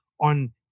on